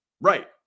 Right